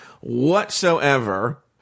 whatsoever